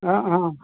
অঁ অঁ